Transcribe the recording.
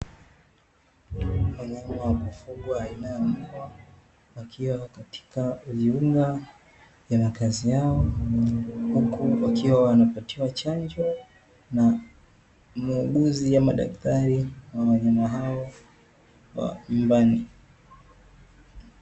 Wanyama wa kufugwa aina ya mbwa wakiwa katika viunga vya makazi yao huku wakiwa wanapatiwa chanjo na muuguzi ama daktari wa wanyama hao wa nyumbani.